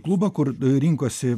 klubą kur rinkosi